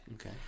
Okay